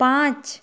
পাঁচ